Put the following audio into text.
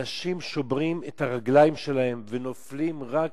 אנשים שוברים את הרגליים שלהם ונופלים רק